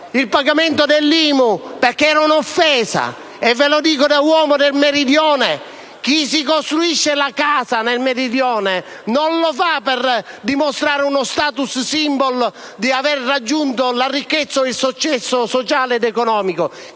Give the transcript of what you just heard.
il pagamento dell'IMU, perché era un'offesa, e ve lo dico da uomo del Meridione. Chi si costruisce la casa nel Meridione non lo fa per avere uno *status symbol*, per dimostrare di aver raggiunto la ricchezza o il successo sociale ed economico;